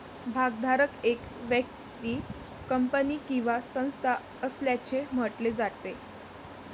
भागधारक एक व्यक्ती, कंपनी किंवा संस्था असल्याचे म्हटले जाते